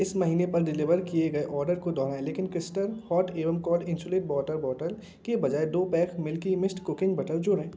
इस महीने पर डिलीवर किए गए ऑर्डर को दोहराएँ लेकिन crystal hot and cold insulated water bottle के बजाय दो pack milky mist cooking butter जोड़ें